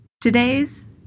Today's